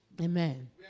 Amen